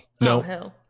No